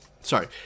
Sorry